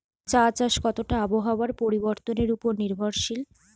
চা চাষ কতটা আবহাওয়ার পরিবর্তন উপর নির্ভরশীল?